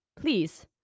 please